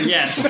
Yes